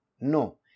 no